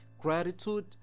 gratitude